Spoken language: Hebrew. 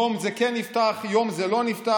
יום זה כן נפתח, ויום זה לא נפתח.